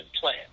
plan